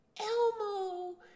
Elmo